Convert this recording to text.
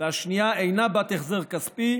והשנייה אינה בת החזר כספי,